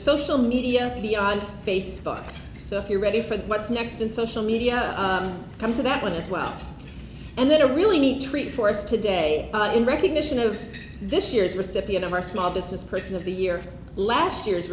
social media beyond facebook so if you're ready for what's next in social media come to that one as well and then to really meet treat for us today in recognition of this year's recipient of our small business person of the year last year